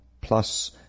plus